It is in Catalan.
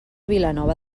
vilanova